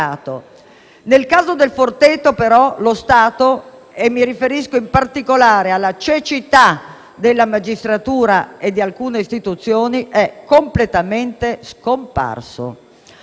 comunità «Il Forteto» però lo Stato, riferendomi in particolare alla cecità della magistratura e di alcune istituzioni, è completamente scomparso.